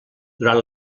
durant